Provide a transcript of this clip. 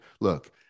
Look